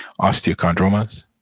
osteochondromas